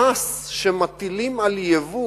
מס הקנייה שמטילים על היבוא